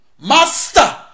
master